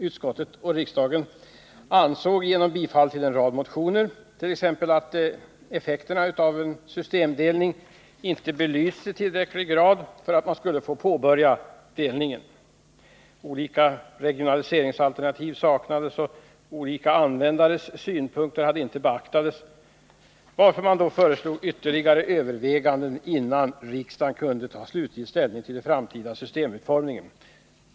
Utskottet och riksdagen ansåg, genom bifall till en rad motioner, t.ex. att effekten av en delning inte belysts i tillräcklig grad för att man skulle få påbörja delningen. Regionaliseringsalternativ saknades, och olika användares synpunkter beaktades inte, varför utskottet föreslog ytterligare överväganden innan riksdagen kunde ta slutlig ställning till den framtida systemutformningen.